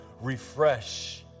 refresh